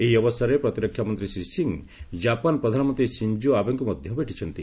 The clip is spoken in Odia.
ଏହି ଅବସରରେ ପ୍ରତିରକ୍ଷା ମନ୍ତ୍ରୀ ଶ୍ରୀ ସିଂହ ଜାପାନ୍ ପ୍ରଧାନମନ୍ତ୍ରୀ ସିଂଜୋ ଆବେଙ୍କୁ ମଧ୍ୟ ଭେଟିଛନ୍ତି